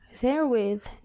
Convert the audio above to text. therewith